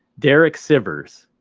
derek shivers,